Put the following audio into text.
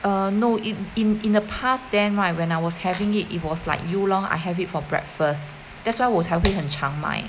err no in in in the past then right when I was having it it was like you lor I have it for breakfast that's why 我才会很常买